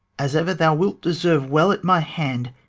as ever thou wilt deserve well at my hand,